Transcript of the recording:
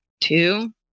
two